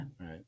Right